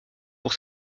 pour